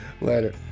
Later